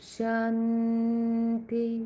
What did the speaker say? Shanti